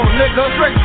nigga